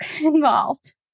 involved